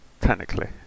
technically